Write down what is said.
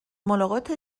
ملاقات